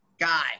guy